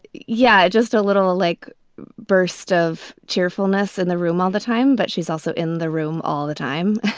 yeah. just a little like burst of cheerfulness in the room all the time. but she's also in the room all the time.